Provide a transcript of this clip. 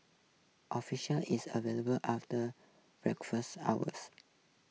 official is available after request hours